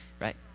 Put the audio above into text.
right